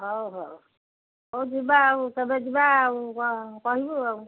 ହଉ ହଉ ହଉ ଯିବା ଆଉ କେବେ ଯିବା ଆଉ କହିବୁ ଆଉ